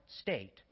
state